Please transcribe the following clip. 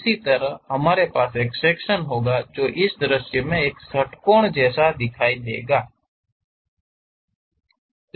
इसी तरह हमारे पास एक सेक्शन होगा जो इस दृश्य में एक षट्कोण जैसा दिखता है